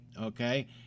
okay